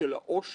אמרתי לך,